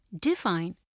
Define